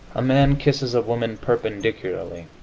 a man kisses a woman perpendicularly,